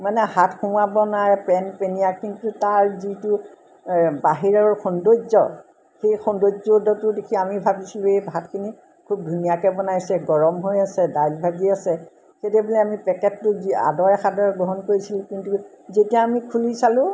মানে হাত সোমোৱাব নোৱাৰে পেন পেনিয়া কিন্তু তাৰ যিটো বাহিৰৰ সৌন্দৰ্য সেই সৌন্দৰ্যটো দেখি আমি ভাবিছিলোঁ এই ভাতখিনি খুব ধুনীয়াকৈ বনাইছে গৰম হৈ আছে দাইল ভাজি আছে সেইটোৱে বুলি আমি পেকেটটো যি আদৰে সাদৰে গ্ৰহণ কৰিছিলোঁ কিন্তু যেতিয়া আমি খুলি চালোঁ